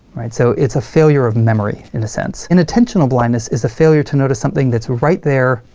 right? so it's a failure of memory, in a sense. inattentional blindness is a failure to notice something that's right there,